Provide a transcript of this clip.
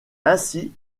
ainsi